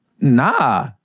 nah